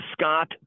Scott